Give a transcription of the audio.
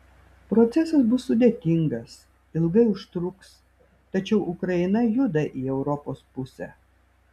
procesas bus sudėtingas ilgai užtruks tačiau ukraina juda į europos pusę